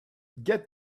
get